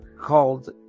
called